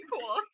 cool